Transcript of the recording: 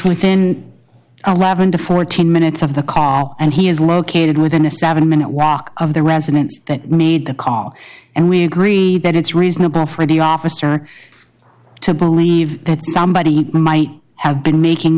within eleven to fourteen minutes of the call and he is located within a seven minute walk of the residence that made the call and we agree that it's reasonable for the officer to believe that somebody might have been making